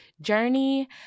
journey